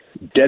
dead